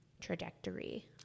trajectory